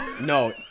No